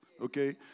okay